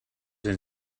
and